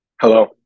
Hello